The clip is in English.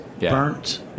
burnt